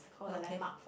okay